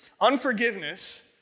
Unforgiveness